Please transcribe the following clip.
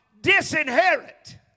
disinherit